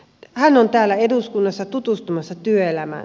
hän on täällä eduskunnassa tutustumassa työelämään